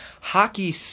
hockey